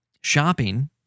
shopping